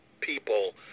people